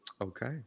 Okay